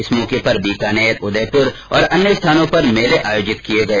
इस मौके पर बीकानेर उदयपुर और अन्य कई स्थानों पर मेले आयोजित किए गए